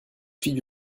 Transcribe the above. fille